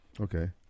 Okay